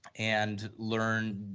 and learned,